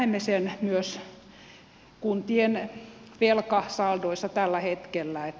me näemme sen myös kuntien velkasaldoissa tällä hetkellä